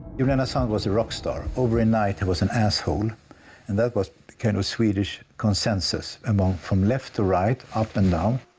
julian assange was a rock star. overnight he was an asshole and that was kind of swedish consensus among from left to right, up and down.